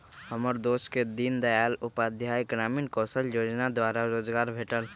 हमर दोस के दीनदयाल उपाध्याय ग्रामीण कौशल जोजना द्वारा रोजगार भेटल